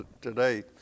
today